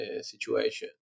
situation